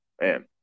man